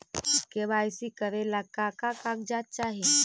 KYC करे ला का का कागजात चाही?